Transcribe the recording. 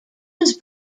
was